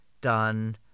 done